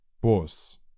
Bus